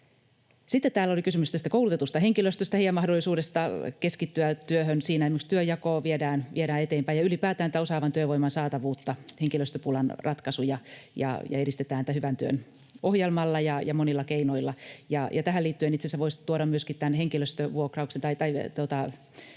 Sitten täällä oli kysymys koulutetusta henkilöstöstä ja heidän mahdollisuudestaan keskittyä työhön: Siinä esimerkiksi työnjakoa viedään eteenpäin, ja ylipäätään osaavan työvoiman saatavuutta ja henkilöstöpulan ratkaisuja edistetään hyvän työn ohjelmalla ja monilla keinoilla. Tähän liittyen itse asiassa voisi